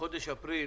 בחודש אפריל